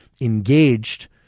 engaged